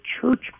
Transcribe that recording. church